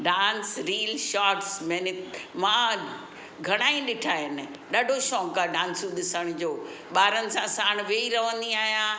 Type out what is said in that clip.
dance reel shorts मैने मां घणा ई ॾिठा आहिनि ॾाडो शौंक़ु आहे डांसियूं ॾिसण जो ॿारनि सां साण वेही रहंदी आहियां